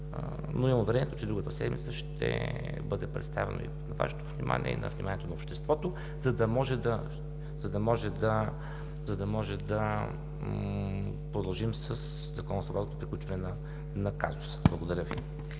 но имам уверението, че другата седмица ще бъде представено и на Вашето внимание, и на вниманието на обществото, за да може да продължим със законосъобразното приключване на казуса. Благодаря Ви.